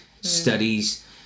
studies